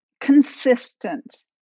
consistent